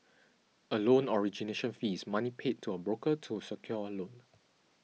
a loan origination fee is money paid to a broker to secure a loan